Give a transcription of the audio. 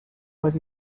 what